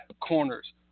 corners